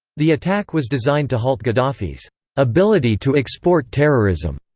the attack was designed to halt gaddafi's ability to export terrorism,